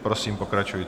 Prosím, pokračujte.